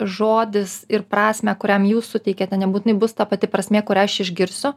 žodis ir prasmę kuriam jūs suteikiate nebūtinai bus ta pati prasmė kurią aš išgirsiu